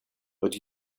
but